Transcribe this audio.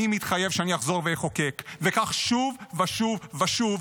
אני מתחייב שאני אחזור ואחוקק וכך שוב ושוב ושוב,